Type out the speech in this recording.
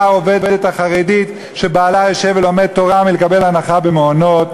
העובדת החרדית שבעלה יושב ולומד תורה מלקבל הנחה במעונות,